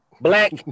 black